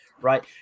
right